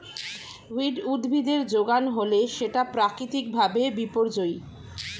weed উদ্ভিদের যোগান হলে সেটা প্রাকৃতিক ভাবে বিপর্যোজী